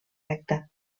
recta